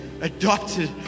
adopted